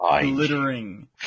glittering